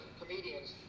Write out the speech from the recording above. comedians